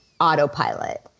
autopilot